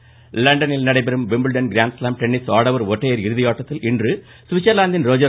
tennis லண்டனில் நடைபெறும் Wimbledon grand slam tennis ஆடவர் ஒற்றையர் இறுதி இன்று சுவிட்சர்லாந்தின் ரோஜர்